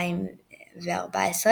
ומספר המשחקים